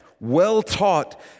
well-taught